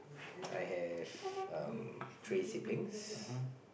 I have um three siblings